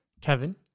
Kevin